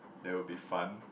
there will be fun